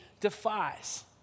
defies